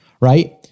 right